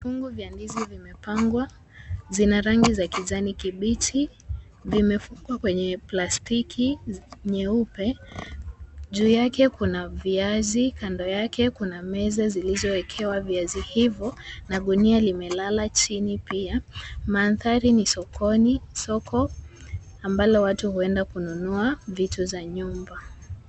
Vikungu vya ndizi vimepangwa, zina rangi za kijani kibichi, vimefungwa kwenye plastiki nyeupe. Juu yake kuna viazi, kando yake kuna meza zilizowekewa viazi hivyo na gunia limelala chini pia. Mandhari ni sokoni, soko ambalo watu huenda kununua vitu za nyumba.